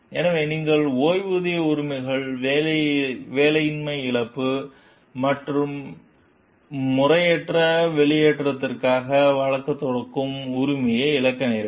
எனவே நீங்கள் ஓய்வூதிய உரிமைகள் வேலையின்மை இழப்பீடு மற்றும் முறையற்ற வெளியேற்றத்திற்காக வழக்குத் தொடுக்கும் உரிமையை இழக்க நேரிடும்